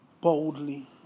boldly